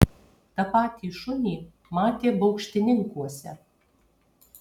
tą patį šunį matė baukštininkuose